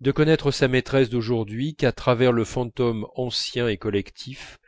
de connaître sa maîtresse d'aujourd'hui qu'à travers le fantôme ancien et collectif